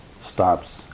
stops